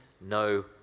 no